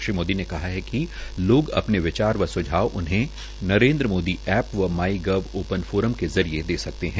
श्री मोदी ने कहा कि लोग अपने विचार व सुझाव उन्हें नरेन्द्र मोदी एप व माई गाव ओपन फोरम के जरिये दे सकते है